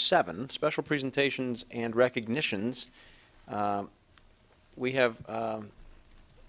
seven special presentations and recognitions we have